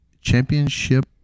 championship